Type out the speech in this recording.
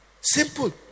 simple